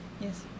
Yes